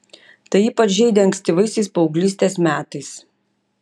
tai ypač žeidė ankstyvaisiais paauglystės metais